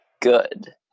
good